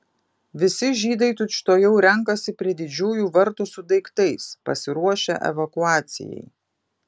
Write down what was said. visi žydai tučtuojau renkasi prie didžiųjų vartų su daiktais pasiruošę evakuacijai